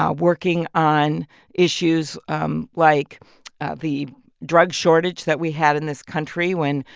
um working on issues um like the drug shortage that we had in this country when,